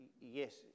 Yes